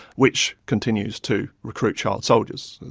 which continues to recruit child soldiers,